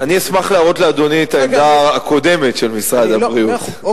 אני אשמח להראות לאדוני את העמדה הקודמת של משרד הבריאות.